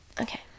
Okay